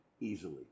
easily